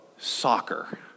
soccer